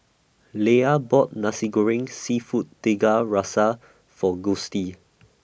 Leia bought Nasi Goreng Seafood Tiga Rasa For Gustie